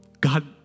God